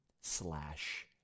slash